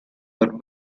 but